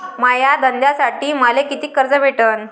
माया धंद्यासाठी मले कितीक कर्ज मिळनं?